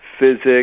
physics